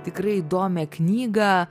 tikrai įdomią knygą